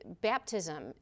baptism